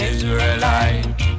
Israelite